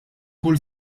kull